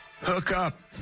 hookup